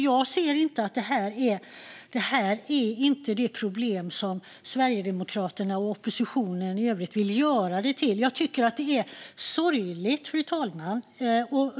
Jag ser inte att detta är det problem som Sverigedemokraterna och oppositionen i övrigt vill göra det till. Jag tycker att det är sorgligt, fru talman.